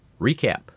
recap